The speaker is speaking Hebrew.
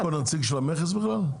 יש פה נציג של המכס בכלל?